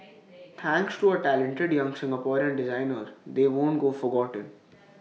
thanks to A talented young Singaporean designer they won't go forgotten